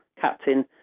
captain